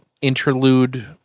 interlude